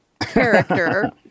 character